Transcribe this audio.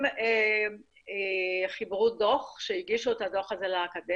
הם חיברו דוח, והגישו אותו לאקדמיה.